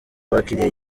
bakiriye